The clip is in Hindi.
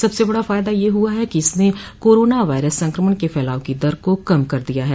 सबसे बडा फायदा यह हुआ है कि इसने कोरोना वायरस संक्रमण के फैलाव की दर को कम कर दिया है